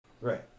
Right